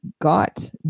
got